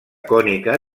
cònica